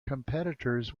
competitors